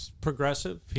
progressive